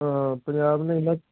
ਹਾਂ ਪੰਜਾਬ ਨੇ ਇੰਨਾਂ